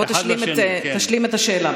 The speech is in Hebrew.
בוא תשלים את השאלה,